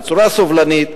בצורה סובלנית,